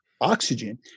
oxygen